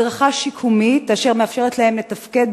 הדרכה שיקומית אשר מאפשרת להם לתפקד